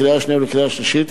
לקריאה השנייה ולקריאה השלישית.